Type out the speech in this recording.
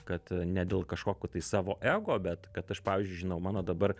kad ne dėl kažkokio tai savo ego bet kad aš pavyzdžiui žinau mano dabar